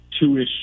two-ish